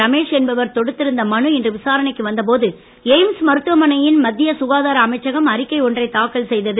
ரமேஷ் என்பவர் தொடுத்திருந்த மனு இன்று விசாரணைக்கு வந்தபோது எய்ம்ஸ் மருத்துவமனையின் மத்திய சுகாதார அமைச்சகம் அறிக்கை ஒன்றை தாக்கல் செய்த்து